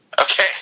Okay